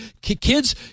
kids